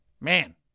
Man